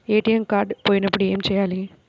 ATM card పోయినప్పుడు ఏమి చేయాలి?